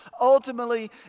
ultimately